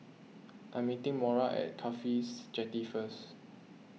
I am meeting Mora at Cafhi Jetty first